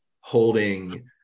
holding